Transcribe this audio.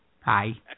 hi